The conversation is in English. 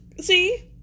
see